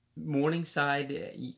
Morningside